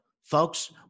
Folks